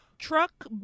Truck